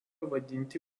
vadinti